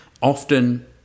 Often